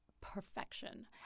perfection